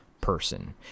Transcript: person